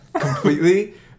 completely